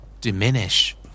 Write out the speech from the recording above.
Diminish